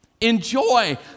Enjoy